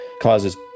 causes